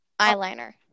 eyeliner